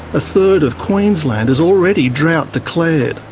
a third of queensland is already drought declared.